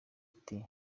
ati